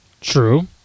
True